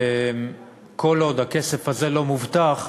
וכל עוד הכסף הזה לא מובטח,